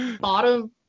bottom